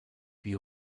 wie